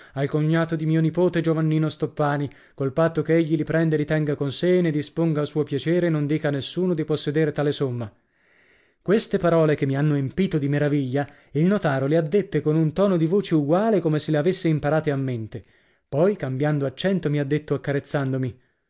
al cognato di mio nipote giovannino stoppani col patto che egli li prenda e li tenga con sé e ne disponga a suo piacere e non dica a nessuno di possedere tale somma queste parole che mi hanno empito di meraviglia il notaro le ha dette con un tono di voce uguale come se le avesse imparate a mente poi cambiando accento mi ha detto accarezzandomi